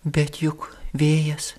bet juk vėjas